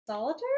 Solitaire